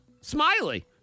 Smiley